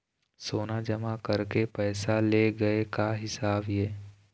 सोना जमा करके पैसा ले गए का हिसाब हे?